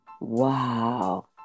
Wow